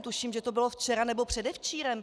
Tuším, že to bylo včera nebo předevčírem.